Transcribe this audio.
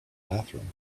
bathroom